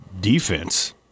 defense